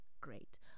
great